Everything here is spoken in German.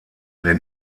den